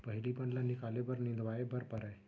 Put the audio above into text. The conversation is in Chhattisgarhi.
पहिली बन ल निकाले बर निंदवाए बर परय